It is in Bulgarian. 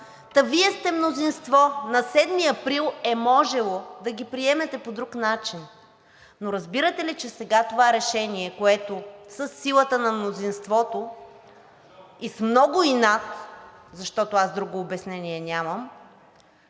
Та Вие сте мнозинство! На 7 април е можело да ги приемете по друг начин. Но разбирате ли, че с това решение, което със силата на мнозинството и с много инат, защото аз друго обяснение нямам,